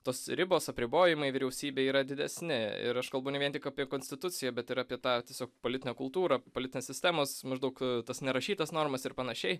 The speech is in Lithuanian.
tos ribos apribojimai vyriausybei yra didesni ir aš kalbu ne vien tik apie konstituciją bet ir apie tą tiesiog politinę kultūrą politinės sistemos maždaug tas nerašytas normas ir panašiai